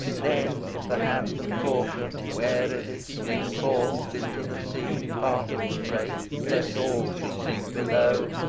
then if the hand of caution warily sling forth into the sea part of the freight, lest all should sink below,